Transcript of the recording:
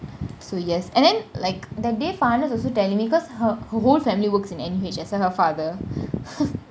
so yes and then like that day farhanah's also telling me because her her whole family works in N_U_H except her father